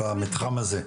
במתחם הזה?